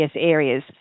areas